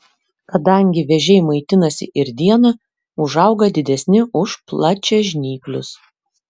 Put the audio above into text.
kadangi vėžiai maitinasi ir dieną užauga didesni už plačiažnyplius